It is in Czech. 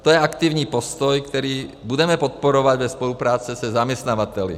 To je aktivní postoj, který budeme podporovat ve spolupráci se zaměstnavateli.